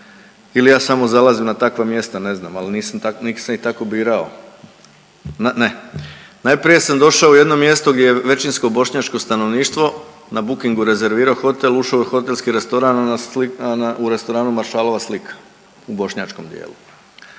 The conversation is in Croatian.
ili ja samo zalazim na takva mjesta, ne znam, ali nisam ih tako birao. Ne, najprije sam došao u jedno mjesto gdje je većinsko bošnjačko stanovništvo, na Bookingu rezervirao hotel, ušao u hotelski restoran, ono .../nerazumljivo/... u restoranu Maršalova slika u bošnjačkom dijelu.